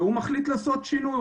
הוא מחליט לעשות שינוי.